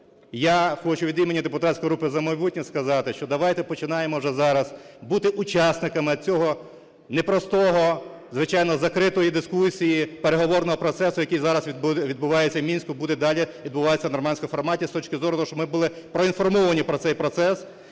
я хочу від імені депутатської групи "За майбутнє" сказати, що давайте, починаємо вже зараз бути учасниками цього непростого, звичайно, закритої дискусії, переговорного процесу, який зараз відбувається в Мінську, буде далі відбуватися в "нормандському форматі" з точки зору того, що ми були проінформовані про цей процес